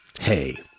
Hey